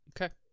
Okay